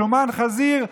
שומן חזיר,